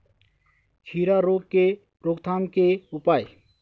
खीरा रोग के रोकथाम के उपाय?